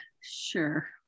Sure